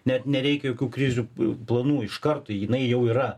net nereikia jokių krizių planų iš karto jinai jau yra